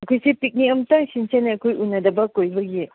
ꯑꯩꯈꯣꯏꯁꯤ ꯄꯤꯛꯅꯤꯛ ꯑꯃꯨꯛꯇꯪ ꯁꯤꯟꯁꯤꯅꯦ ꯑꯩꯈꯣꯏ ꯎꯅꯗꯕ ꯀꯨꯏꯕꯒꯤ